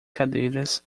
cadeiras